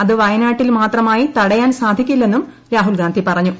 അത് വയനാട്ടിൽ മാത്രമായി തടയാൻ സാധിക്കില്ലെന്നും രാഹുൽ ഗാന്ധി പറഞ്ഞു